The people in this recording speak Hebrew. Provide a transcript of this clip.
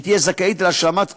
אני לא רוצה לחזור,